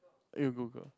eh you Google